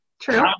True